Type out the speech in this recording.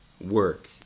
work